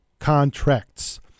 contracts